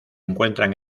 encuentran